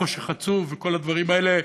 "חושך עצוב" וכל הדברים האלה,